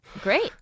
Great